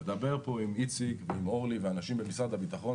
מדבר פה עם איציק ועם אורלי ואנשים במשרד הביטחון,